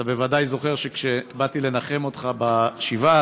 אתה בוודאי זוכר שכשבאתי לנחם אותך בשבעה